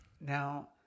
Now